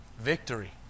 victory